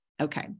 Okay